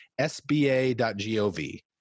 sba.gov